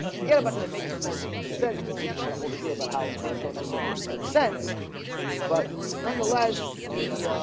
together about that it makes the most amount of sense because we just had a whole share about how things don't necessarily need to make sense but nonetheless the